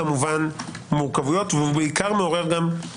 וכעבור יממה הוא הודיע ליו"ר